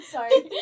Sorry